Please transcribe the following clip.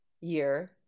year